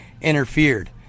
interfered